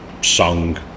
song